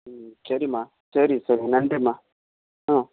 சரிமா சரி சரி நன்றிமா ஆ